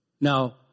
Now